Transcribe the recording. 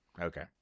Okay